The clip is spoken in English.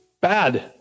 bad